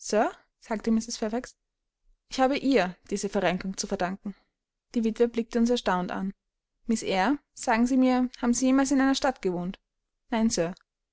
sagte mrs fairfax ich habe ihr diese verrenkung zu danken die witwe blickte uns erstaunt an miß eyre sagen sie mir haben sie jemals in einer stadt gewohnt nein sir